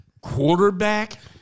Quarterback